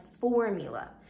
formula